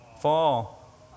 Fall